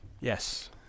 Yes